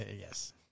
yes